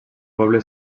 poble